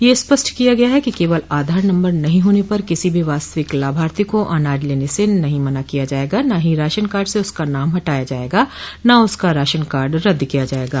यह स्पष्ट किया गया है कि केवल आधार नम्बर नहीं होने पर किसी भी वास्तविक लाभार्थी को अनाज लेने से मना नहीं किया जाएगा न ही राशन कार्ड से उसका नाम हटाया जाएगा और न उसका राशन कार्ड रद्द किया जाएगा